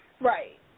Right